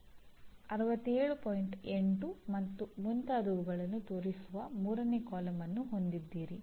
8 ಮತ್ತು ಮುಂತಾದವುಗಳನ್ನು ತೋರಿಸುವ ಮೂರನೇ ಕಾಲಮ್ ಅನ್ನು ಹೊಂದಿದ್ದೀರಿ